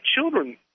children